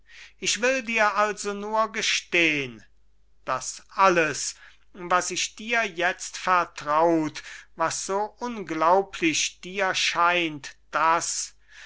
ich will dir also nur gestehn daß alles was ich dir jetzt vertraut was so unglaublich dir scheint daß